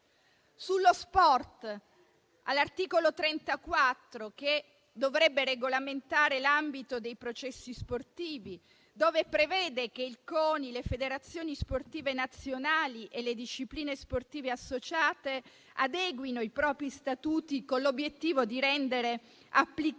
Sullo sport, all'articolo 34, che dovrebbe regolamentare l'ambito dei processi sportivi, si prevede che il CONI, le federazioni sportive nazionali e le discipline sportive associate adeguino i propri statuti con l'obiettivo di rendere applicabili